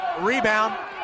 Rebound